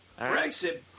Brexit